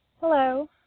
Hello